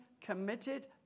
committed